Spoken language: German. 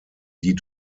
die